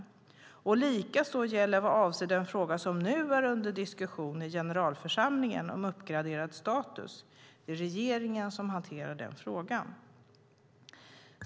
Samma sak gäller vad avser den fråga som nu är under diskussion i generalförsamlingen om uppgraderad status. Det är regeringen som hanterar den frågan.